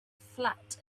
flat